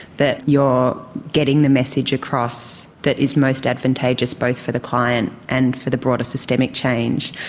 that you are getting the message across that is most advantageous, both for the client and for the broader systemic change.